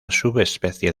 subespecie